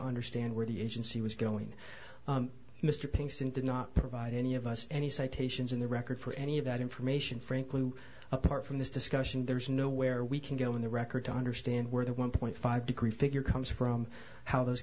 understand where the agency was going mr pinkston did not provide any of us any citations in the record for any of that information frankly apart from this discussion there's nowhere we can go in the record to understand where the one point five degree figure comes from how those